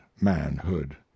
manhood